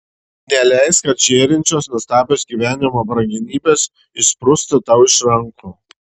neleisk kad žėrinčios nuostabios gyvenimo brangenybės išsprūstų tau iš rankų